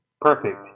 perfect